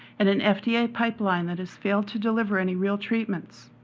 and an fda pipeline that has failed to deliver any real treatments.